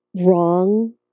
wrong